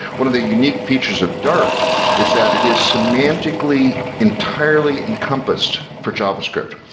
one of the unique features of dart is that it is semantically, entirely encompassed for javascript.